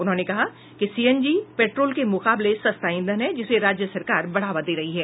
उन्होंने कहा कि सीएनजी पेट्रोल के मुकाबले सस्ता ईंधन है जिसे राज्य सरकार बढ़ावा दे रही है